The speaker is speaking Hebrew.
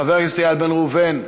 חבר הכנסת איל בן ראובן,